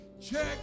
Check